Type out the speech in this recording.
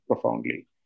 profoundly